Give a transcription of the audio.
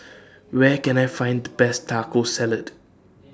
Where Can I Find The Best Taco Salad